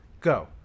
Go